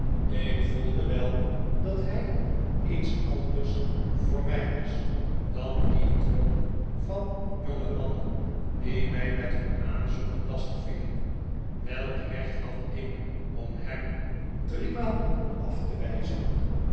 ik voelde wel dat hij iets anders voor mij was dan die drom van jongemannen die mij met hun aanzoeken lastig vielen welk recht had ik om hem driemaal af te wijzen